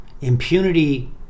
impunity